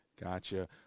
Gotcha